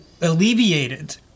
alleviated